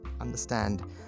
understand